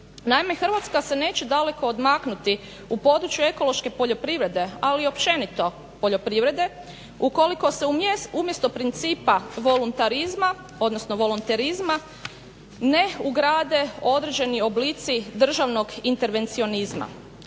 Naime, Hrvatska se neće daleko odmaknuti u području ekološke poljoprivrede, ali i općenito poljoprivrede ukoliko se umjesto principa voluntarizma, odnosno volonterizma ne ugrade određeni oblici državnog intervencionizma.